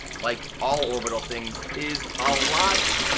like all orbital things, is a lot